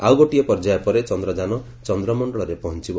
ଆଉ ଗୋଟିଏ ପର୍ଯ୍ୟାୟ ପରେ ଚନ୍ଦ୍ରଯାନ ଚନ୍ଦ୍ରମଣ୍ଡଳରେ ପହଞ୍ଚବ